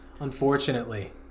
unfortunately